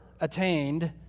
attained